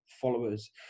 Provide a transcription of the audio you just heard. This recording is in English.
followers